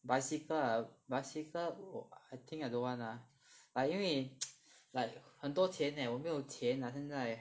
bicycle ah bicycle oh I think I don't want lah but 因为 like 很多钱 leh 我没有钱 lah 现在